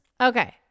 Okay